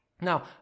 Now